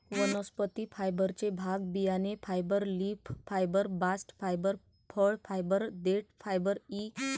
वनस्पती फायबरचे भाग बियाणे fibre, leaf fibre, bast fibre, फळ फायबर, देठ फायबर इ